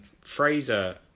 Fraser